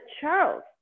Charles